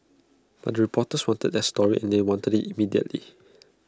but the reporters wanted their story and they wanted IT immediately